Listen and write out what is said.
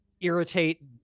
irritate